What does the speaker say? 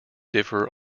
differ